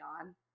on